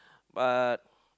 but